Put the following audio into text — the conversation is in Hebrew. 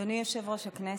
אדוני יושב-ראש הישיבה,